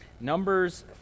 Numbers